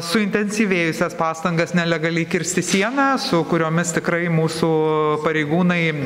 suintensyvėjusias pastangas nelegaliai kirsti sieną su kuriomis tikrai mūsų pareigūnai